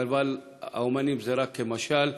אבל האמנים זה רק משל,